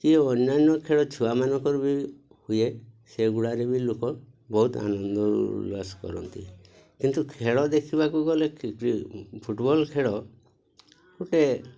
କିଏ ଅନ୍ୟାନ୍ୟ ଖେଳ ଛୁଆମାନଙ୍କର ବି ହୁଏ ସେଗୁଡ଼ାରେ ବି ଲୋକ ବହୁତ ଆନନ୍ଦ ଉଲ୍ଳାସ କରନ୍ତି କିନ୍ତୁ ଖେଳ ଦେଖିବାକୁ ଗଲେ ଫୁଟବଲ୍ ଖେଳ ଗୋଟେ